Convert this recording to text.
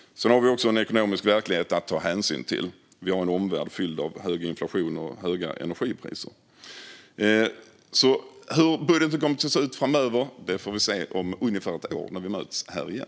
Sedan har vi en ekonomisk verklighet att ta hänsyn till. Vi har en omvärld fylld av hög inflation och höga energipriser. Hur budgeten kommer att se ut framöver får vi se om ungefär ett år, när vi möts här igen.